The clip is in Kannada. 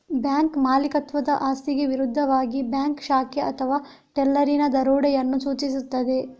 ಬ್ಯಾಂಕ್ ಮಾಲೀಕತ್ವದ ಆಸ್ತಿಗೆ ವಿರುದ್ಧವಾಗಿ ಬ್ಯಾಂಕ್ ಶಾಖೆ ಅಥವಾ ಟೆಲ್ಲರಿನ ದರೋಡೆಯನ್ನು ಸೂಚಿಸುತ್ತದೆ